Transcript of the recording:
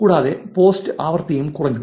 കൂടാതെ പോസ്റ്റ് ആവൃത്തിയും കുറഞ്ഞു